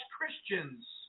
Christians